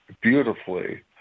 beautifully